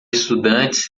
estudantes